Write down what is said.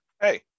Hey